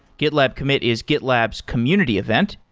gitlab commit is gitlab's community event.